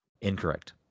Incorrect